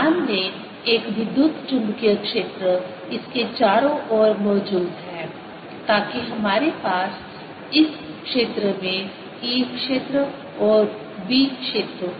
मान लें एक विद्युत चुम्बकीय क्षेत्र इसके चारों ओर मौजूद है ताकि हमारे पास इस क्षेत्र में E क्षेत्र और B क्षेत्र हो